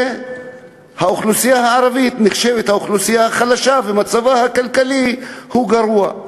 האוכלוסייה הערבית נחשבת האוכלוסייה החלשה ומצבה הכלכלי גרוע.